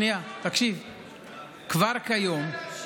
כבר היום,